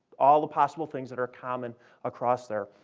all the possible things that are common across there,